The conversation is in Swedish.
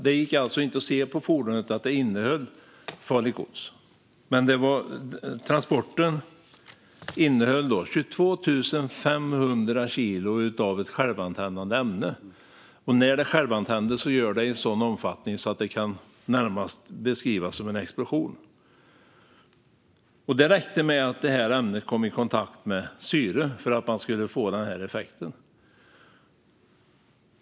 Det gick alltså inte att se på fordonet att det innehöll farligt gods. Den transporten innehöll 22 500 kilo av ett självantändande ämne. När det självantänder blir omfattningen sådan att det närmast kan beskrivas som en explosion. Det räckte med att ämnet kom i kontakt med syre för att man skulle få en sådan effekt.